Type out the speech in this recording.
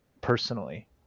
personally